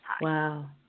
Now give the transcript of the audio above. Wow